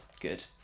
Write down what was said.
Good